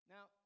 Now